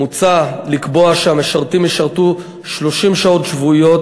מוצע לקבוע שהמשרתים ישרתו 30 שעות שבועיות